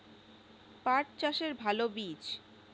পাঠ চাষের ভালো বীজ?